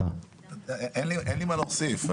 אין לי הרבה מה להוסיף.